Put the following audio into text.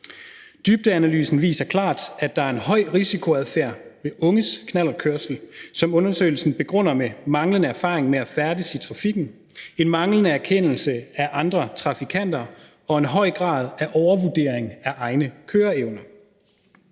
Dybdeanalysen viser klart, at der er en høj risikoadfærd i forbindelse med unges knallertkørsel, som undersøgelsen begrunder med manglende erfaring med at færdes i trafikken, en manglende erkendelse af andre trafikanter og en høj grad af overvurdering af egne køreevner.